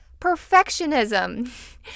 perfectionism